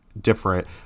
different